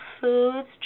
foods